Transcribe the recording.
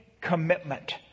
commitment